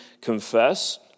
confess